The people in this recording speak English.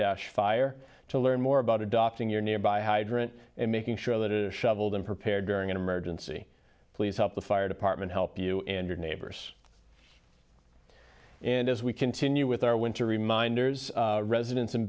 dash fire to learn more about adopting your nearby hydrant and making sure that it shoveled and prepared during an emergency please help the fire department help you and your neighbors and as we continue with our winter reminders residents